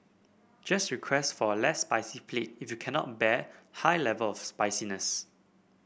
just request for a less spicy plate if you cannot bear high level of spiciness